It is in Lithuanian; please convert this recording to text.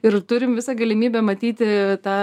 ir turim visą galimybę matyti tą